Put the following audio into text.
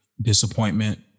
disappointment